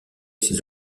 ses